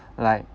like